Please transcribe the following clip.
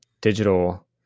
digital